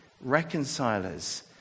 reconcilers